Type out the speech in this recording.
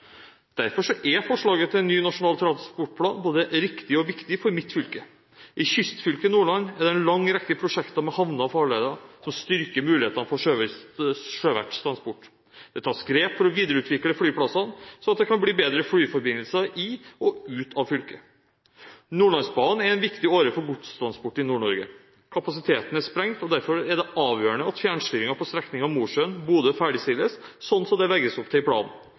Derfor er forslaget til ny nasjonal transportplan både riktig og viktig for mitt fylke. I kystfylket Nordland er det en lang rekke prosjekter med havner og farleder som styrker mulighetene for sjøverts transport. Det tas grep for å videreutvikle flyplassene, slik at det kan bli bedre flyforbindelser i og ut av fylket. Nordlandsbanen er en viktig åre for godstransport i Nord-Norge. Kapasiteten er sprengt, derfor er det avgjørende at fjernstyringen på strekningen Mosjøen–Bodø ferdigstilles, slik som det legges opp til i